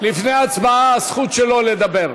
לפני ההצבעה זכותו לדבר.